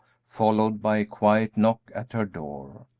followed by a quiet knock at her door.